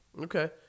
Okay